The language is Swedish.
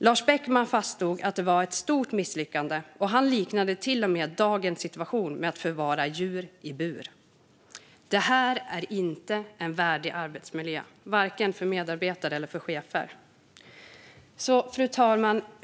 Lars Beckman fastslog att det var ett stort misslyckande, och han liknade till och med dagens situation med att förvara djur i bur. Det här är inte en värdig arbetsmiljö, vare sig för medarbetare eller chefer. Fru talman!